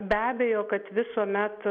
be abejo kad visuomet